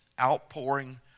outpouring